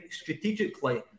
strategically